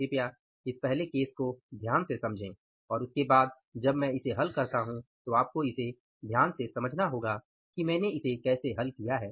कृपया इस पहले केस को ध्यान से समझें और उसके बाद जब मैं इसे हल करता हूं तो आपको इसे ध्यान से समझना होगा कि मैंने इसे कैसे हल किया है